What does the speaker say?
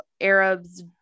Arabs